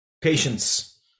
Patience